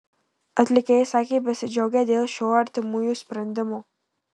atlikėjai sakė besidžiaugią dėl šio artimųjų sprendimo